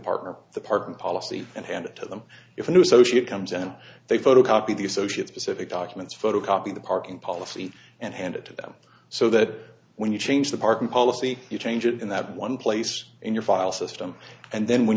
partner the parking policy and hand it to them if a new social it comes in and they photocopy the associate specific documents photocopy the parking policy and hand it to them so that when you change the parking policy you change it in that one place in your file system and then when